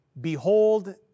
Behold